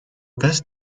best